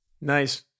Nice